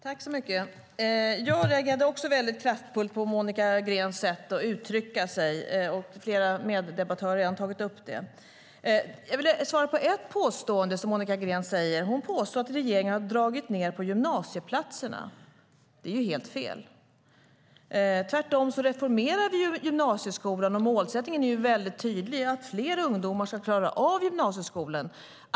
Herr talman! Jag reagerade också kraftigt på Monica Greens sätt att uttrycka sig. Flera meddebattörer har också tagit upp det. Monica Green påstår att regeringen har dragit ned på antalet gymnasieplatser. Det är fel. Tvärtom reformerar vi gymnasieskolan, och målsättningen är tydlig: Fler ungdomar ska klara av gymnasieskolan.